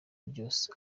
ryose